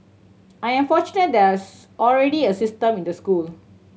I am fortunate there is already a system in the school